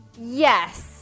yes